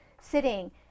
sitting